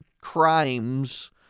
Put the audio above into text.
crimes